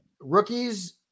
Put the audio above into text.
Rookies